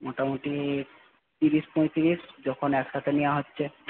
মোটামোটি তিরিশ পঁয়তিরিশ যখন একসাথে নেওয়া হচ্ছে